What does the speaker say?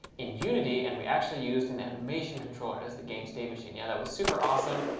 in unity, and we actually used an animation controller as the game's state machine. yeah, that was super awesome.